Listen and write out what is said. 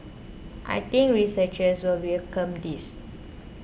I think researchers will welcome this